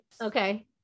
Okay